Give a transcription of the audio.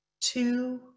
two